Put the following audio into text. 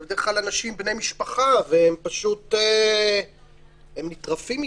זה בדרך כלל בני משפחה, והם נטרפים מזה,